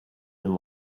and